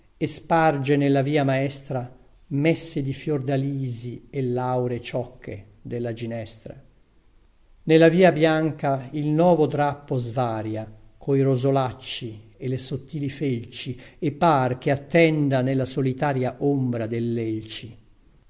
e sparge nella via maestra messe di fiordalisi e lauree ciocche della ginestra nella via bianca il novo drappo svaria coi rosolacci e le sottili felci e par che attenda nella solitaria ombra dellelci